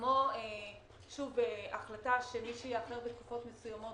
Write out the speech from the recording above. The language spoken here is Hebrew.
כמו החלטה שמי שיאחר בתקופות מסוימות,